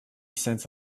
cents